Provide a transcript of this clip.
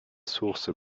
source